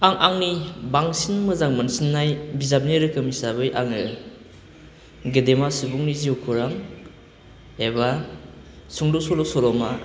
आं आंनि बांसिन मोजां मोनसिन्नाय बिजाबनि रोखोम हिसाबै आङो गेदेमा सुबुंनि जिउखौरां एबा सुंद' सल' सल'मा